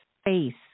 space